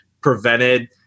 prevented